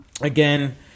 again